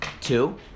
Two